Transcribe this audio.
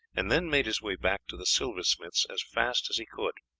and then made his way back to the silversmith's as fast as he could.